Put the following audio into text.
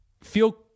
feel